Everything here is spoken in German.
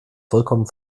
vollkommen